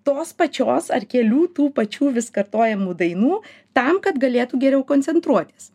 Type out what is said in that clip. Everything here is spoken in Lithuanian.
tos pačios ar kelių tų pačių vis kartojamų dainų tam kad galėtų geriau koncentruotis